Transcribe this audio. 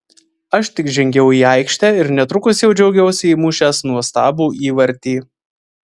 aš tik žengiau į aikštę ir netrukus jau džiaugiausi įmušęs nuostabų įvartį